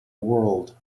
world